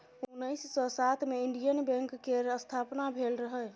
उन्नैस सय सात मे इंडियन बैंक केर स्थापना भेल रहय